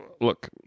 Look